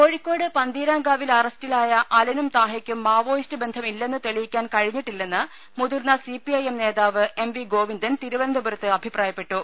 കോഴിക്കോട് പന്തീരാങ്കാവിൽ അറസ്റ്റിലായ അലനും താഹയ്ക്കും മാവോയിസ്റ്റ് ബന്ധമില്ലെന്ന് തെളിയിക്കാൻ കഴിഞ്ഞി ട്ടില്ലെന്ന് മുതിർന്ന സിപിഐഎം നേതാവ് എംവി ഗോവിനന്ദൻ തിരുവനന്തപുരത്ത് അഭിപ്രായപ്പെട്ടു